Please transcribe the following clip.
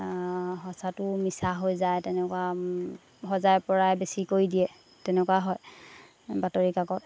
সঁচাটো মিছা হৈ যায় তেনেকুৱা সজাই পৰাই বেছি কৈ দিয়ে তেনেকুৱা হয় বাতৰি কাকত